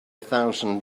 thousand